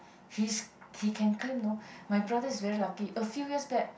his he can claim you know my brother is very lucky a few years back